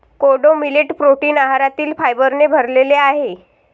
कोडो millet protein आहारातील फायबरने भरलेले आहे